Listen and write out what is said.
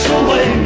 away